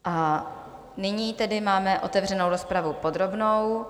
A nyní tedy máme otevřenou rozpravu podrobnou.